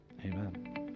Amen